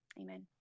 Amen